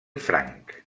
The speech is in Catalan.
franc